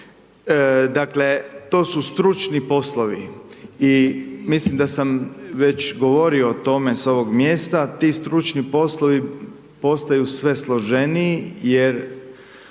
Dakle, to su stručni poslovi i mislim da sam već govorio o tome s ovog mjesta, ti stručni poslovi postaju sve složeniji jer